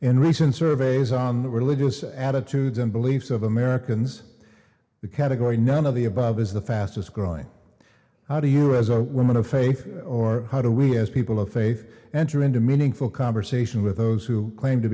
in recent surveys on the religious attitudes and beliefs of americans the category none of the above is the fastest growing how do you as a woman of faith or how do we as people of faith enter into meaningful conversation with those who claim to